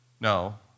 No